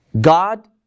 God